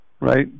Right